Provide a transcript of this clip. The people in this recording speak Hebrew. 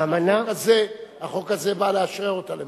החוק הזה בא לאשרר אותה למעשה.